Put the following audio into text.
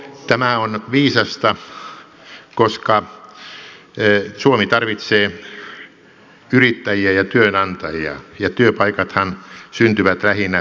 tämä on viisasta koska suomi tarvitsee yrittäjiä ja työnantajia ja työpaikathan syntyvät lähinnä pk yrityksissä